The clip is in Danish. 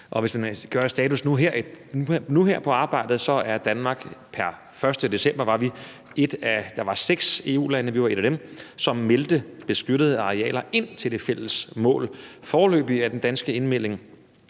Hvis man gør status nu her på arbejdet, var Danmark pr. 1. december et af seks EU-lande, som meldte beskyttede arealer ind til det fælles mål. Foreløbig er den danske indmelding